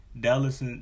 Dallas